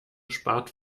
spart